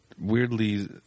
weirdly